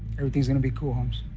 everything's gonna be cool, homes.